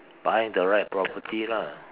buying the right property lah